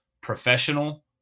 professional